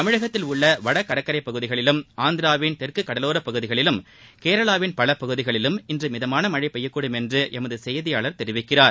தமிழகத்தில் உள்ள வட கடற்கரை பகுதிகளிலும் ஆந்திராவின் தெற்கு கடலோர பகுதிகளிலும் கேரளாவின் பல பகுதிகளிலும் இன்று மிதமான மனழ பெய்யக் கூடும் என எமது செய்தியாளர் தெரிவித்துள்ளார்